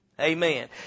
Amen